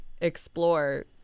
explore